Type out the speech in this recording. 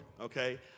okay